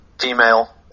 female